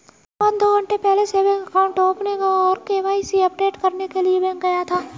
रोहन दो घन्टे पहले सेविंग अकाउंट ओपनिंग और के.वाई.सी अपडेट करने के लिए बैंक गया था